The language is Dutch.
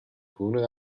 groener